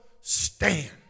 stand